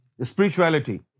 spirituality